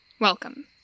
Welcome